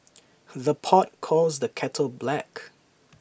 the pot calls the kettle black